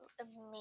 amazing